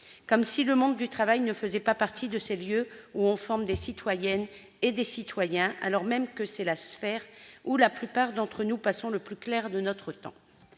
Comme si le monde du travail ne faisait pas partie de ces lieux où l'on forme des citoyennes et des citoyens ! C'est pourtant la sphère où la plupart d'entre nous passons le plus clair de notre temps.